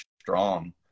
strong